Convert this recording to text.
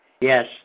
Yes